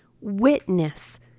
witness